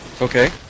Okay